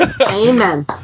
Amen